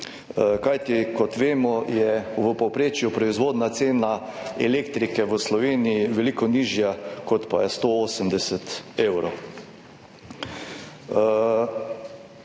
Kajti kot vemo, je v povprečju proizvodna cena elektrike v Sloveniji veliko nižja, kot pa je 180 evrov.